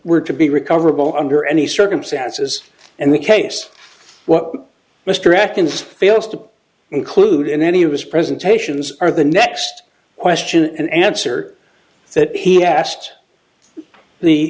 were to be recoverable under any circumstances and the case what mr acton's fails to include in any of his presentations are the next question and answer that he asked the